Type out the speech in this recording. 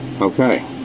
okay